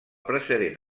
precedent